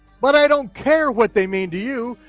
but i don't care what they mean to you,